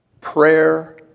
prayer